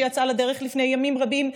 שיצאה לדרך לפני ימים רבים,